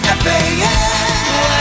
fan